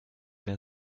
mehr